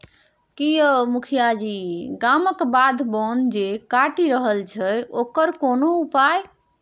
की यौ मुखिया जी गामक बाध बोन जे कटि रहल छै ओकर कोनो उपाय